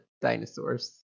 dinosaurs